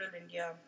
India